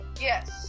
Yes